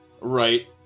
Right